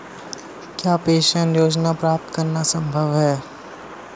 क्या पेंशन योजना प्राप्त करना संभव है?